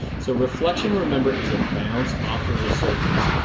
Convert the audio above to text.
so reflection remember is a bounce off of the surface.